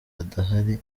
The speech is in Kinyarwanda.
adahari